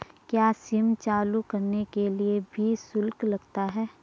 क्या सिम चालू कराने के लिए भी शुल्क लगता है?